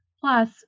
Plus